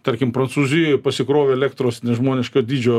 tarkim prancūzijoj pasikrovė elektros nežmoniško dydžio